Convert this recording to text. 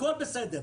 הכול בסדר,